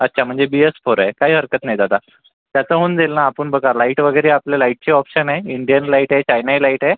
अच्छा म्हणजे B S four आहे काही हरकत नाही दादा त्याचं होऊन जाईल ना आपण बघा लाईट वगैरे आपलं लाईटचे ऑप्शन आहे इंडियन लाईट आहे चायनाइ लाईट आहे